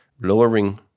lowering